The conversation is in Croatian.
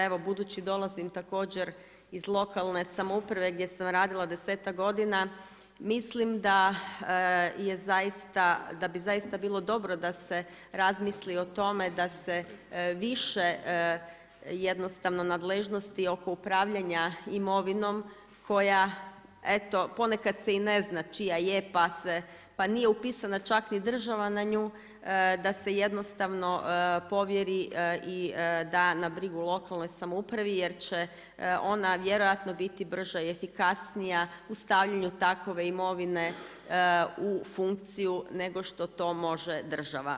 Evo budući dolazim također iz lokalne samouprave gdje sam radila 10-ak godina, mislim da bi zaista bilo dobro da se razmisli o tome da se više jednostavno nadležnosti oko upravljanja imovinom koja eto ponekad se i ne zna čija je, pa nije upisana čak ni država na nju, da se jednostavno povjeri i da na brigu lokalnoj samoupravi jer će ona vjerojatno biti brža i efikasnija u stavljanju takve imovine u funkciju nego što to može država.